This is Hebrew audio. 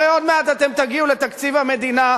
הרי עוד מעט אתם תגיעו לתקציב המדינה,